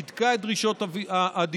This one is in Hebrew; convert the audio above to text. והידקה את דרישות הדיווח.